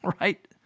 right